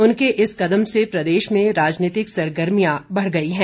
उनके इस कदम से प्रदेश में राजनीतिक सरगर्मियां बढ़ गई हैं